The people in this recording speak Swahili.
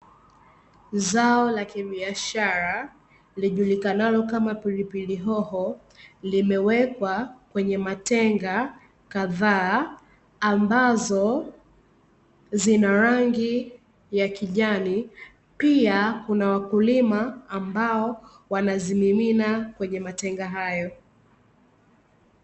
Zao la kibiashara lijulikanalo kama Pilipili hoho, limewekwa kwenye Matenga kadhaa ambazo zina rangi ya kijani, pia kuna wakulima ambao wanazimimina kwenye Matenga hayo.